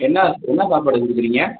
என்ன என்ன சாப்பாடு கொடுக்குறீங்க